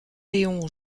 léon